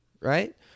right